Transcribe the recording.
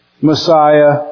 Messiah